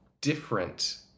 different